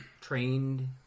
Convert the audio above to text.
trained